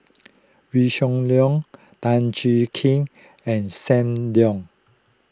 Wee Shoo Leong Tan Jiak Kim and Sam Leong